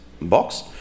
box